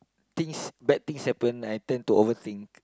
things bad things happen I tend to overthink